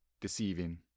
deceiving